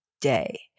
day